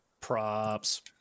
Props